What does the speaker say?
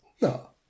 No